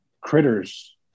critters